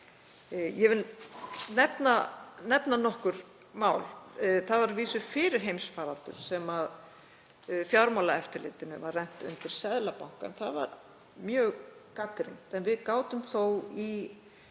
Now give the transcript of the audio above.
Ég vil nefna nokkur mál. Það var að vísu fyrir heimsfaraldur sem Fjármálaeftirlitinu var rennt undir Seðlabankann. Það var gagnrýnt mjög en við gátum þó,